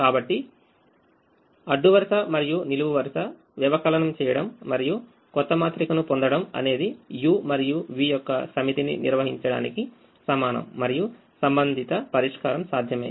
కాబట్టి అడ్డు వరుస మరియు నిలువు వరుస వ్యవకలనం చేయడం మరియు కొత్తమాత్రికను పొందడం అనేది uమరియు v యొక్క సమితిని నిర్వహించడానికి సమానం మరియు సంబంధిత పరిష్కారం సాధ్యమే